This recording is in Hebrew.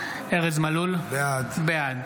ארז מלול, בעד